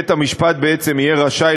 בית-המשפט בעצם יהיה רשאי,